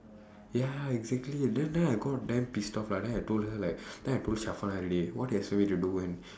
ya exactly then then I got damn pissed off lah then I told her like then I told already what do you expect me to do when